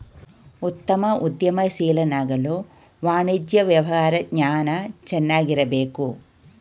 ಉತ್ತಮ ಉದ್ಯಮಶೀಲನಾಗಲು ವಾಣಿಜ್ಯ ವ್ಯವಹಾರ ಜ್ಞಾನ ಚೆನ್ನಾಗಿರಬೇಕು